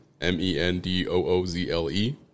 M-E-N-D-O-O-Z-L-E